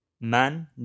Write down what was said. man